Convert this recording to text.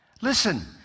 Listen